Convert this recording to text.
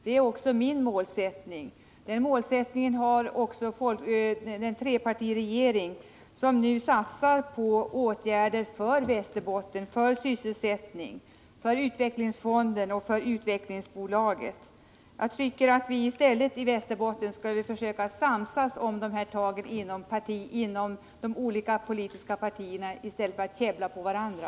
Det är min målsättning, och den målsättningen har också den trepartiregering som nu satsar på åtgärder för Västerbotten — för sysselsättningen, utvecklingsfonden och utvecklingsbolaget. Vi som inom de olika politiska partierna kommer från Västerbotten skall försöka samsas om dessa tag, i stället för att käbbla med varandra.